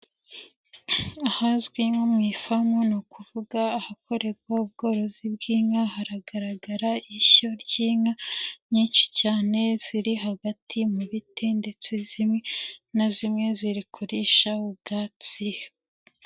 Ahazwi nko mu ifamu ni ukuvuga ahakorerwa ubworozi bw'inka, hagaragara ishyo ry'inka nyinshi cyane ziri hagati mu biti ndetse zimwe na zimwe ziri kurisha ubwatsi.